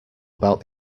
about